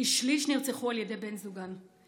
כשליש נרצחו על ידי בני זוגן.